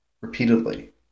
repeatedly